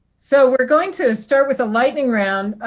so we are going to start with a lightning round.